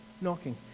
knocking